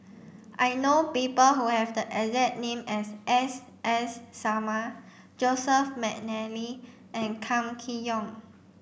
I know people who have the exact name as S S Sarma Joseph Mcnally and Kam Kee Yong